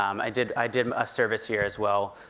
um i did i did a service here as well.